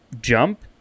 jump